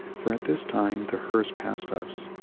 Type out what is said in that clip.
for at this time the hearse passed us,